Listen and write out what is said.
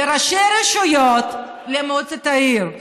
לראשי רשויות, למועצת העיר.